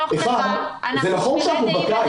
זה נכון שאנחנו בקיץ,